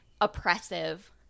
oppressive